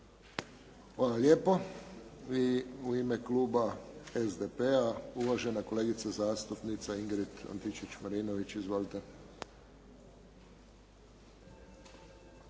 Hvala lijepo. I u ime kluba SDP-a uvažena kolegica zastupnica Ingrid Antičević-Marinović. Izvolite.